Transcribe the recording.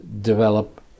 develop